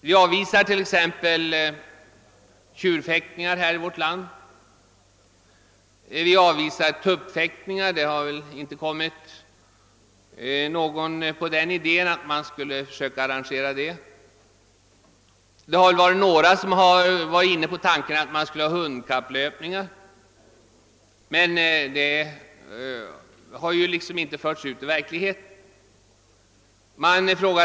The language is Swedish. Vi avvisar t.ex. tjurfäktning i vårt land, och ingen har väl kommit på idén att försöka arrangera tuppfäktningar. Några har varit inne på tanken att man skulle anordna hundkapplöpningar, men den tanken har inte förts ut i verkligheten.